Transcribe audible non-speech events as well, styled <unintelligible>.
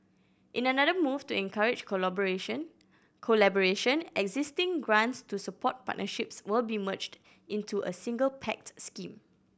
in another move to encourage <unintelligible> collaboration existing grants to support partnerships will be merged into a single pact scheme